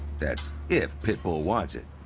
that's if pitbull wants it.